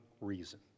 reason